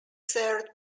served